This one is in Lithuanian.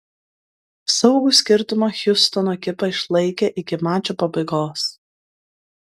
saugų skirtumą hjustono ekipa išlaikė iki mačo pabaigos